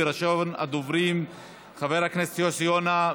וראשון הדוברים חבר הכנסת יוסי יונה.